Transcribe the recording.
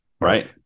Right